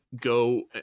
go